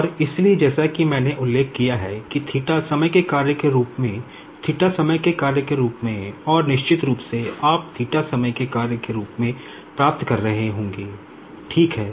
और इसीलिए जैसा कि मैंने उल्लेख किया है कि समय के कार्य के रूप में समय के कार्य के रूप में और निश्चित रूप से आप समय के कार्य के रूप में प्राप्त कर रहे होंगे ठीक है